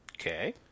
Okay